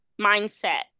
mindset